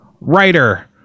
writer